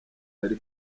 yali